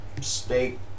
steak